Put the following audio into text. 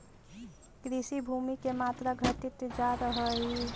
कृषिभूमि के मात्रा घटित जा रहऽ हई